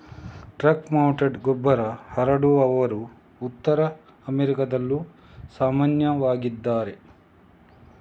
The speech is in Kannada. ಟ್ರಕ್ ಮೌಂಟೆಡ್ ಗೊಬ್ಬರ ಹರಡುವವರು ಉತ್ತರ ಅಮೆರಿಕಾದಲ್ಲಿ ಸಾಮಾನ್ಯವಾಗಿದ್ದಾರೆ